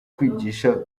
kwigisha